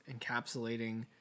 encapsulating